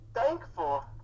thankful